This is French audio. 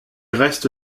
reste